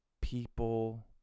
people